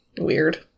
Weird